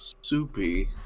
soupy